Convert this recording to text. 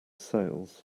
sails